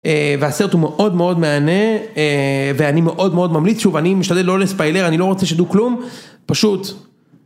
והסרט הוא מאוד מאוד מהנה, ואני מאוד מאוד ממליץ שוב, אני משתדל לא לספיילר, אני לא רוצה שידעו כלום, פשוט.